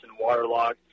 waterlogged